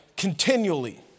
continually